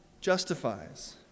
justifies